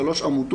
יש שלוש עמותות,